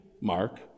Mark